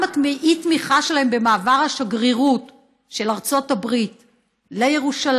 גם האי-תמיכה שלהם במעבר השגרירות של ארצות הברית לירושלים,